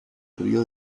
río